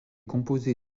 composé